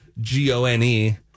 G-O-N-E